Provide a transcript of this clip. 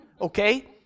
okay